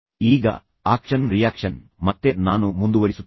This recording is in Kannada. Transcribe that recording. ಈಗ ಆಕ್ಷನ್ ರಿಯಾಕ್ಷನ್ ಮತ್ತೆ ನಾನು ಮುಂದುವರಿಸುತ್ತೇನೆ